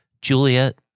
Juliet